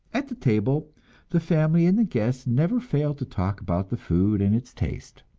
at the table the family and the guests never failed to talk about the food and its taste,